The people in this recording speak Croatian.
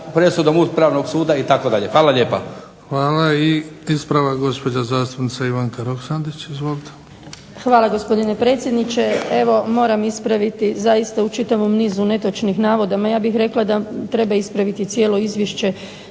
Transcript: Hvala. Ispravak gospođa zastupnica Ivanka Roksandić. Izvolite.